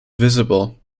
visible